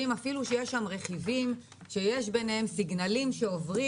אפילו שיש שם רכיבים שיש ביניהם סיגנלים שעוברים,